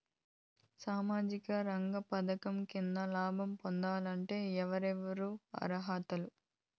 సామాజిక రంగ పథకం కింద లాభం పొందాలంటే ఎవరెవరు అర్హులు?